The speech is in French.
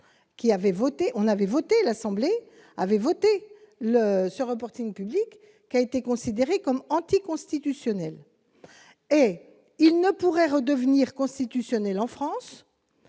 on avait voté l'Assemblée avait voté le ce reporting public qui a été considérée comme anticonstitutionnelle et il ne pourrait redevenir constitutionnel en France